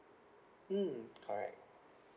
mm correct